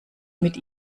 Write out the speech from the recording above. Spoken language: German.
mit